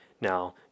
Now